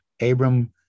Abram